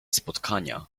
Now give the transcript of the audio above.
spotkania